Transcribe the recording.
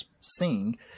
sing